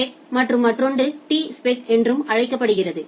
பெக் என்றும் மற்றொன்று டிஸ்பெக் என்றும் அழைக்கப்படுகிறது